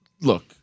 look